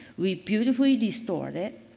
we beautifully restored it.